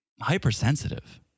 Hypersensitive